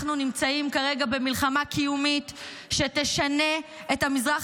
אנחנו נמצאים כרגע במלחמה קיומית שתשנה את המזרח